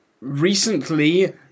recently